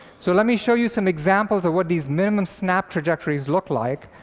so let me show you some examples of what these minimum-snap trajectories look like.